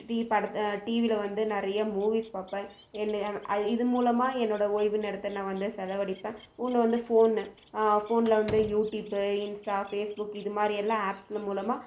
டிவியில் வந்து நிறையா மூவீஸ் பார்ப்பேன் என் இது முலமாக என்னோடய ஓய்வு நேரத்தை வந்து நான் வந்து செலவழிப்பேன் ஒன்று வந்து ஃபோன் போனில் வந்து யூட்யூப்பு இன்ஸ்டா பேஸ்புக் இதுமாதிரி எல்லா ஆப் மூலமாக